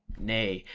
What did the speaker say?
nay,